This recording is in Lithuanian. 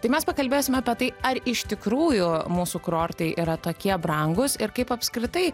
tai mes pakalbėsime apie tai ar iš tikrųjų mūsų kurortai yra tokie brangūs ir kaip apskritai